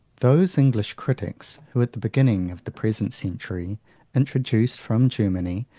those english critics who at the beginning of the present century introduced from germany,